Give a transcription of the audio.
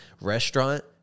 restaurant